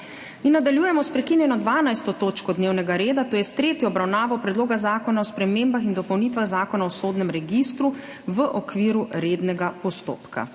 Nadaljujemo s prekinjeno 14. točko dnevnega reda, to je s tretjo obravnavo Predloga zakona o spremembah in dopolnitvah Pomorskega zakonika v okviru rednega postopka.